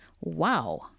Wow